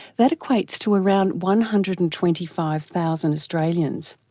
that equates to around one hundred and twenty five thousand australians,